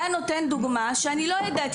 אתה נותן דוגמה שאני לא יודעת.